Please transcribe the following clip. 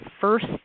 first